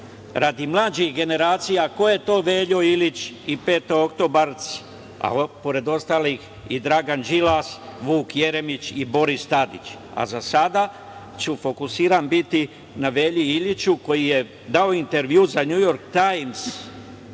radi mlađih generacija, ko su Velja Ilić i petooktobarci, a pored ostalih, i Dragan Đilas, Vuk Jeremić i Boris Tadić. Za sada ću fokusiran biti na Velji Iliću, koji je dao intervju za „Njujork Tajms“